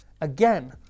Again